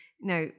now